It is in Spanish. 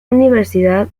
universidad